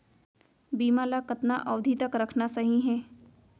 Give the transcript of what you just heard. बीमा ल कतना अवधि तक रखना सही हे?